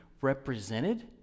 represented